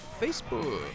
Facebook